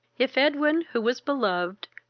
if edwin, who was beloved,